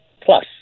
plus